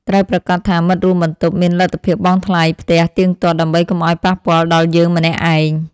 ត្រូវប្រាកដថាមិត្តរួមបន្ទប់មានលទ្ធភាពបង់ថ្លៃផ្ទះទៀងទាត់ដើម្បីកុំឱ្យប៉ះពាល់ដល់យើងម្នាក់ឯង។